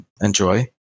enjoy